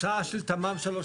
המצאה של תמ"מ/21/3.